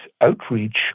outreach